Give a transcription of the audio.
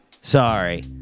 Sorry